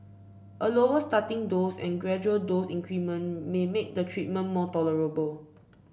a lower starting dose and gradual dose increment may make the treatment more tolerable